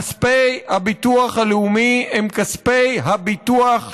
כספי הביטוח הלאומי הם כספי הביטוח שלנו.